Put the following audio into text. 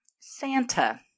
Santa